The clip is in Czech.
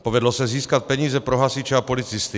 Povedlo se získat peníze pro hasiče a policisty.